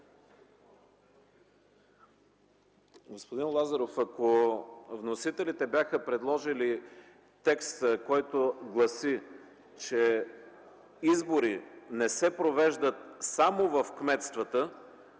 Господин Лазаров, ако вносителите бяха предложили текста, който гласи, че избори не се провеждат само в кметствата,